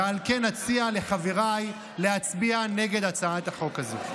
ועל כן אציע לחבריי להצביע נגד הצעת החוק הזו.